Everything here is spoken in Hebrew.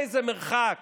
איזה מרחק